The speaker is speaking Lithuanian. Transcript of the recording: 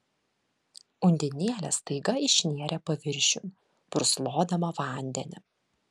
undinėlė staiga išnėrė paviršiun purslodama vandenį